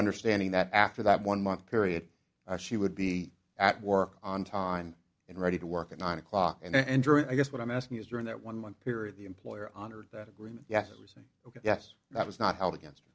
understanding that after that one month period she would be at work on time and ready to work at nine o'clock and i guess what i'm asking is during that one month period the employer honored that agreement yes it was ok yes that was not held against